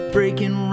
Breaking